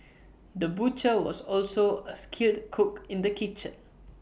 the butcher was also A skilled cook in the kitchen